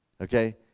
okay